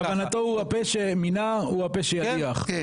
כוונתו הוא הפה שמינה הוא הפה שידיח,